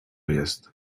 jest